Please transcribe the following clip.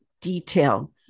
detail